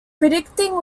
predicting